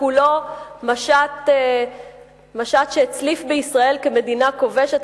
שכולו משט שהצליף בישראל כמדינה כובשת,